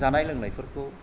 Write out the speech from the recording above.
जानाय लोंनायफोरखौ